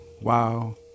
wow